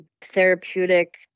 therapeutic